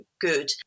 good